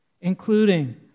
including